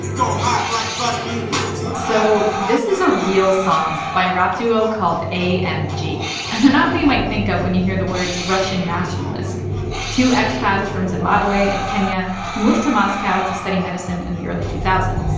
go hard like vladimir putin so this is a real song by a rap duo called amg, and they're not who you might think of when you hear the words russian nationalists two expats from zimbabwe and kenya who moved to moscow to study medicine in the early two thousand